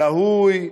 דהוי,